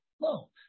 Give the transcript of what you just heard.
No